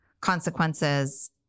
consequences